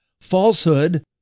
Falsehood